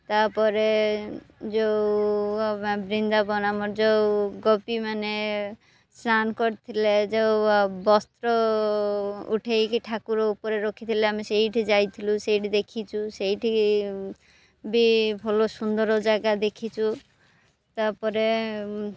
ତା'ପରେ ଯେଉଁ ବୃନ୍ଦାବନ ଆମର ଯେଉଁ ଗୋପୀମାନେ ସ୍ନାନ କରିଥିଲେ ଯେଉଁ ବସ୍ତ୍ର ଉଠେଇକି ଠାକୁର ଉପରେ ରଖିଥିଲେ ଆମେ ସେଇଠି ଯାଇଥିଲୁ ସେଇଠି ଦେଖିଛୁ ସେଇଠି ବି ଭଲ ସୁନ୍ଦର ଜାଗା ଦେଖିଛୁ ତା'ପରେ